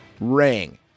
Ring